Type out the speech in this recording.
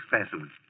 specimen